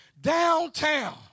downtown